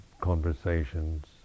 conversations